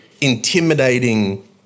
intimidating